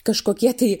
kažkokie tai